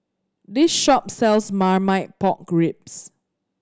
this shop sells Marmite Pork Ribs